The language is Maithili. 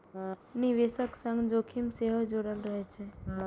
निवेशक संग जोखिम सेहो जुड़ल रहै छै